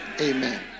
Amen